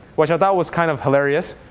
which i thought was kind of hilarious.